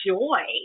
joy